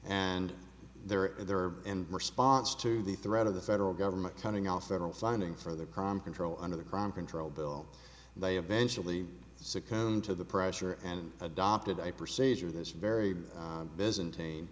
and they're at their end response to the threat of the federal government cutting off federal funding for the crime control under the crime control bill they eventually succumbed to the pressure and adopted a procedure this very byzantine